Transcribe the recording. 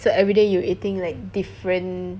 so everyday you're eating like different